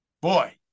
boy